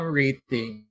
rating